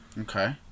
Okay